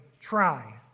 try